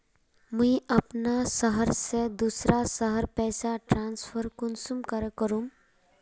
मुई अपना शहर से दूसरा शहर पैसा ट्रांसफर कुंसम करे करूम?